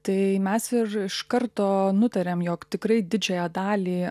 tai mes ir iš karto nutarėm jog tikrai didžiąją dalį